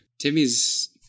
Timmy's